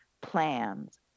plans